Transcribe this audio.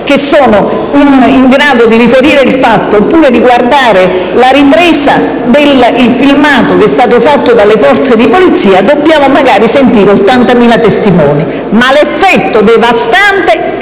che sono in grado di riferire il fatto oppure di guardare il filmato che è stato fatto dalle forze di polizia, dobbiamo magari sentire 80.0000 testimoni. Ma l'effetto devastante è